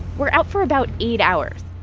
we're out for about eight hours,